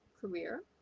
career